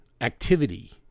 activity